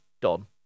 done